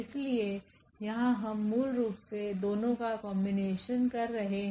इसलिए यहां हम मूल रूप से दोनों का कॉम्बिनेशन कर रहे हैं